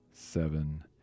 seven